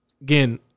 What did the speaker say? again-